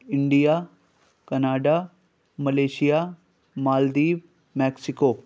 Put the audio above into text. India Canada Malaysia Maldives Mexico